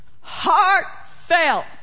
heartfelt